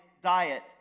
diet